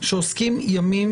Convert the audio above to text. שעוסקים ימים